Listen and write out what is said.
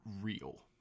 real